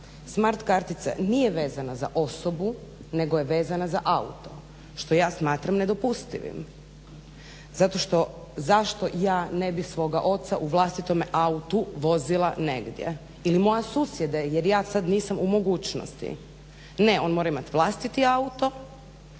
Smart kartica nije vezana za osobu nego je vezana za auto što ja smatram nedopustivim zato što, zašto ja ne bi svoga oca u vlastitome autu vozila negdje ili moja susjeda jer ja sada nisam u mogućnosti. Ne, on mora imati vlastiti auto